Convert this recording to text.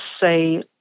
say